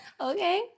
Okay